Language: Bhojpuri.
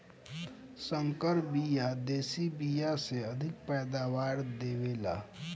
संकर बिया देशी बिया से अधिका पैदावार दे वेला